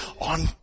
on